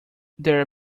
their